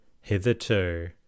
Hitherto